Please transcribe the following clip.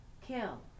kill